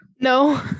No